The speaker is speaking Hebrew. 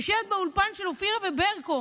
יושבת באולפן של אופירה וברקו